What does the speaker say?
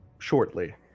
shortly